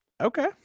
Okay